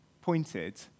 pointed